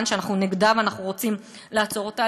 שאנחנו נגדה ואנחנו רוצים לעצור אותה,